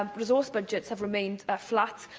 um resource budgets have remained ah flat,